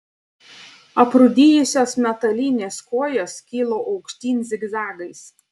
aprūdijusios metalinės kojos kilo aukštyn zigzagais